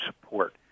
support